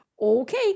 Okay